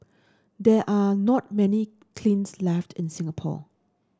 there are not many kilns left in Singapore